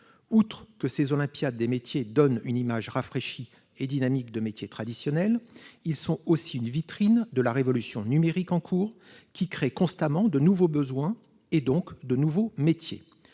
Outre que ces olympiades des métiers donnent une image rafraichie et dynamique de métiers traditionnels, ils sont aussi une vitrine de la révolution numérique en cours, qui suscite constamment de nouveaux besoins, et donc de nouveaux métiers.